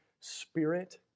Spirit